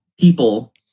people